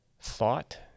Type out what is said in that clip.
thought